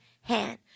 hand